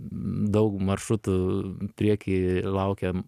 daug maršrutų prieky laukia